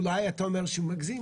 אולי אתה אומר שהוא מגזים,